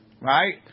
right